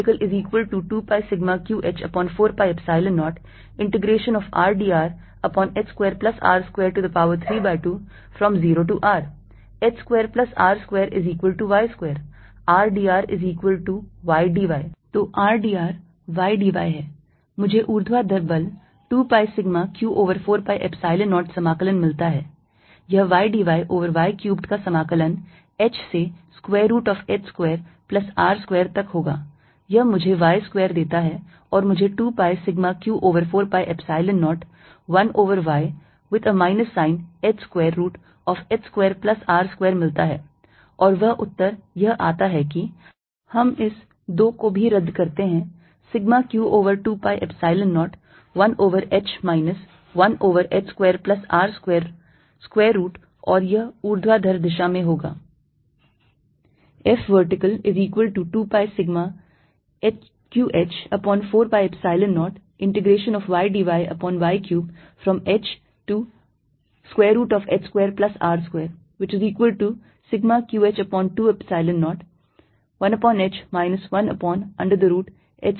Fvertical2πσqh4π00Rrdrh2r232 h2r2y2 rdrydy तो r d r y d y है मुझे ऊर्ध्वाधर बल 2 pi sigma q over 4 pi Epsilon 0 समाकलन मिलता है यह y dy over y cubed का समाकलन h से square root of h square plus R square तक होगा यह मुझे y square देता है और मुझे 2 pi sigma q over 4 pi Epsilon 0 1 over y with a minus sign h square root of h square plus R square मिलता है और वह उत्तर यह आता है कि हम इस 2 को भी रद्द करते हैं sigma q over 2 Epsilon 0 1 over h minus 1 over h square plus R square square root और यह ऊर्ध्वाधर दिशा में होगा